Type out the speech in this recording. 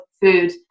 food